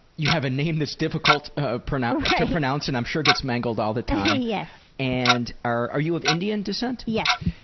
you have a name that's difficult ah to pronounce, and i'm sure gets mangled all the time. yes. and, are you of indian descent? yes.